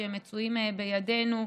שמצויים בידינו,